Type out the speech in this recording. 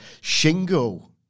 Shingo